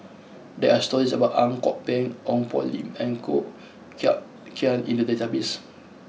there are stories about Ang Kok Peng Ong Poh Lim and Koh Eng Kian in the database